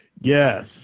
Yes